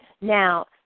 Now